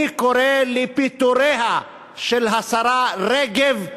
אני קורא לפיטוריה של השרה רגב.